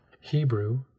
Hebrew